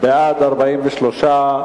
בעד, 43,